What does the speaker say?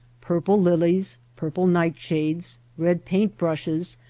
purple lilies, purple nightshades, red paint-brushes,